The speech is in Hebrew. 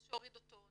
בוצעו.